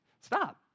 stop